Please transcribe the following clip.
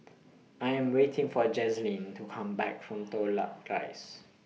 I Am waiting For Jazlyn to Come Back from Toh Luck Rise